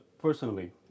personally